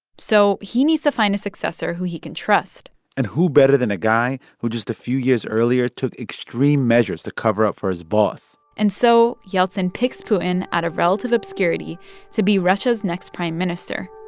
so he needs to find a successor who he can trust and who better than a guy who just a few years earlier took extreme measures to cover up for his boss? and so yeltsin picks putin out of relative obscurity obscurity to be russia's next prime minister,